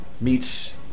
meets